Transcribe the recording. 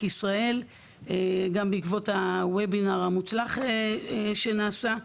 ישראל גם בעקבות הוובינר המוצלח שנעשה,